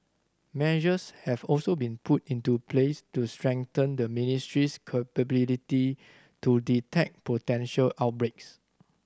measures have also been put into place to strengthen the ministry's capability to detect potential outbreaks